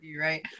right